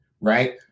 right